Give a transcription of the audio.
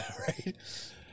Right